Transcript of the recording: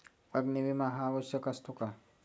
अग्नी विमा हा आवश्यक असतो का?